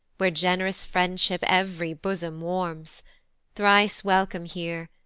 where gen'rous friendship ev'ry bosom warms thrice welcome here!